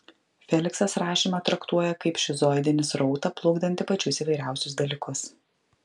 feliksas rašymą traktuoja kaip šizoidinį srautą plukdantį pačius įvairiausius dalykus